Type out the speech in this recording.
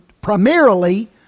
Primarily